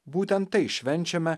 būtent tai švenčiame